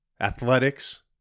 athletics